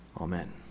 Amen